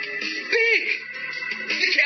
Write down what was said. B-I-G